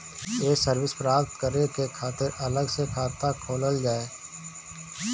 ये सर्विस प्राप्त करे के खातिर अलग से खाता खोलल जाइ?